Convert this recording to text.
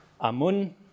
Amun